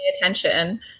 attention